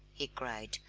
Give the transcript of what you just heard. he cried.